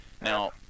Now